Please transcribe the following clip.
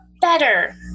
better